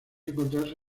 encontrarse